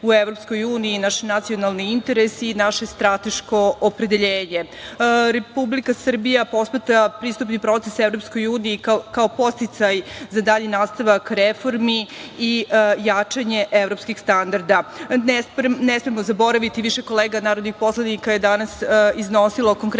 u EU naš nacionalni interes i naše strateško opredeljenje. Republika Srbije posmatra pristupni proces EU kao podsticaj za dalji nastavak reformi i jačanje evropskih standarda. Ne smemo zaboraviti, više kolega narodnih poslanika je danas iznosilo konkretne